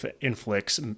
inflicts